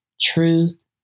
truth